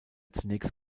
zunächst